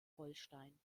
holstein